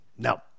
No